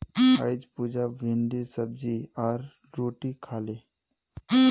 अईज पुजा भिंडीर सब्जी आर रोटी खा ले